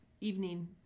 evening